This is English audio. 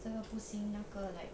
这个不行那个 like